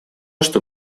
что